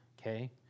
okay